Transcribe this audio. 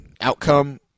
outcome